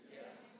Yes